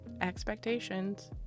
expectations